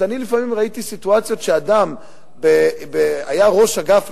אני ראיתי לפעמים סיטואציות שאדם היה ראש אגף,